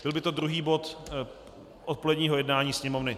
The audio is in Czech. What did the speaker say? Byl by to druhý bod odpoledního jednání Sněmovny.